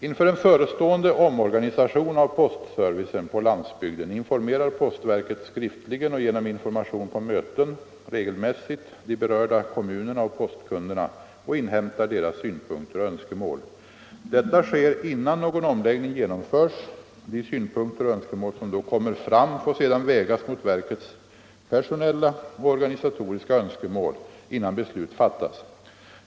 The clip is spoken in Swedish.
Inför en förestående omorganisation av postservicen på landsbygden informerar postverket skriftligen och genom information på möten regelmässigt de berörda kommunerna och postkunderna och inhämtar deras synpunkter och önskemål. Detta sker innan någon omläggning genomförs. De synpunkter och önskemål som då kommer fram får sedan vägas mot verkets personella och organisatoriska önskemål, innan beslut fattas.